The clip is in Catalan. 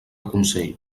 consell